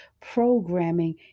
programming